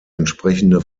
entsprechende